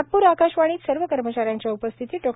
नागपूर आकाशवाणीत सर्व कर्माचाऱ्यांच्या उपस्थितीत डॉ